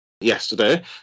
yesterday